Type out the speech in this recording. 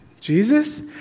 Jesus